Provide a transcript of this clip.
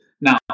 Now